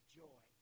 joy